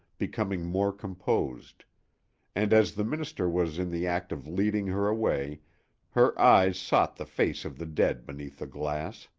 becoming more composed and as the minister was in the act of leading her away her eyes sought the face of the dead beneath the glass.